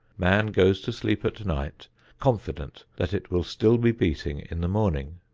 man goes to sleep at night confident that it will still be beating in the morning.